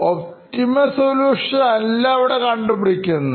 Optimal solution അല്ല ഇവിടെ കണ്ടുപിടിക്കുന്നത്